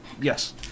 yes